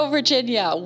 Virginia